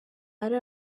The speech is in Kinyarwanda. ari